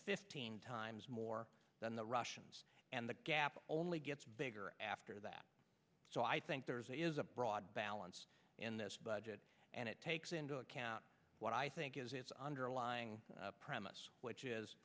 fifteen times more than the russians and the gap only gets bigger after that so i think there's a is a broad balance in this budget and it takes into account what i think is a underlying premise which is